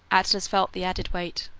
atlas felt the added weight.